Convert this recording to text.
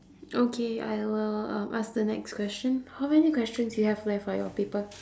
okay I will um ask the next question how many questions you have left on your paper